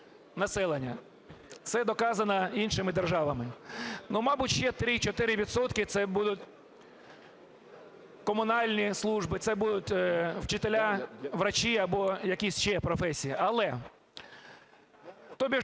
населення. Це доказано іншими державами. Ну, мабуть, ще 3-4 відсотки це будуть комунальні служби, це будуть вчителі, врачі або якісь ще професії.